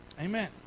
Amen